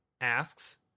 asks